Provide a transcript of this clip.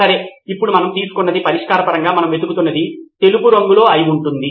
సరే ఇప్పుడు మనం తెలుసుకున్నది పరిష్కార పరంగా మనం వెతుకుతున్నది తెలుపు రంగులో అయి ఉంటుంది